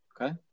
Okay